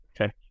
Okay